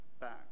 back